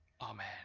Amen